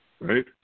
right